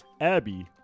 Abby